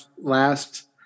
last